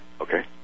Okay